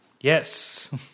Yes